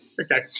Okay